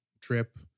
trip